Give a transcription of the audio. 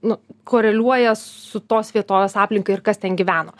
nu koreliuoja su tos vietovės aplinka ir kas ten gyveno